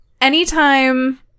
Anytime